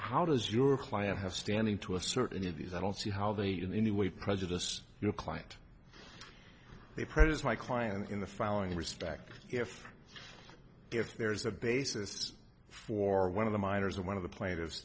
how does your client have standing to assert any of these i don't see how they in any way prejudice your client they produce my client in the following respect if if there is a basis for one of the miners and one of the pla